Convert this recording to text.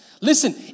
Listen